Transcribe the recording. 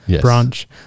branch